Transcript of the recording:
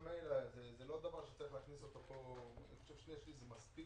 זה לא דבר שצריך להכניס לפה, שני שליש זה מספיק.